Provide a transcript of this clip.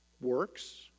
works